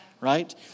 right